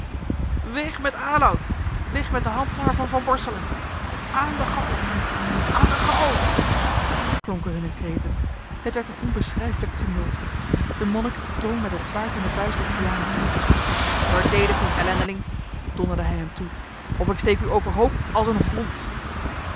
weg met aloud weg met den handlanger van van borselen aan de galg aan de galg klonken hunne kreten t werd een onbeschrijflijk tumult de monnik drong met het zwaard in de vuist op vianen toe verdedig u ellendeling donderde hij hem toe of ik steek u overhoop als een hond